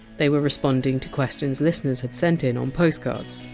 they were responding to questions listeners had sent in on postcards,